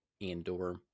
Andor